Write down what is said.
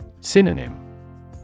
Synonym